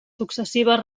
successives